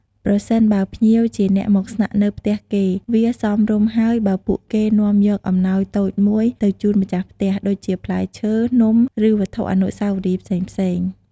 ប្រសិនបើភ្ញៀវជាអ្នកមកស្នាក់នៅផ្ទះគេ វាសមរម្យហើយបើពួកគេនាំយកអំណោយតូចមួយទៅជូនម្ចាស់ផ្ទះ ដូចជាផ្លែឈើ នំ ឬវត្ថុអនុស្សាវរីយ៍ផ្សេងៗ។